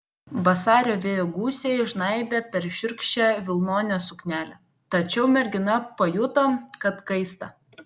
vasario vėjo gūsiai žnaibė per šiurkščią vilnonę suknelę tačiau mergina pajuto kad kaista